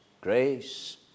Grace